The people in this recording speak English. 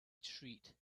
treat